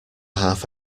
half